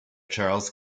charles